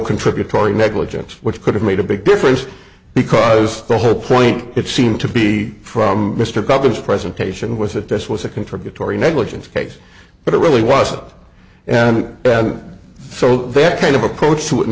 contributory negligence which could have made a big difference because the whole point it seemed to be from mr cupples presentation was that this was a contributory negligence case but it really was of and so they kind of approach to it in